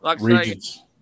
Regions